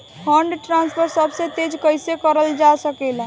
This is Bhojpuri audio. फंडट्रांसफर सबसे तेज कइसे करल जा सकेला?